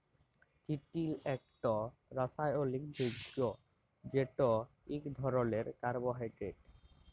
চিটিল ইকট রাসায়লিক যগ্য যেট ইক ধরলের কার্বোহাইড্রেট